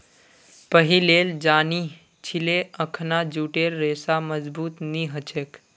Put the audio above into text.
पहिलेल जानिह छिले अखना जूटेर रेशा मजबूत नी ह छेक